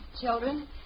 children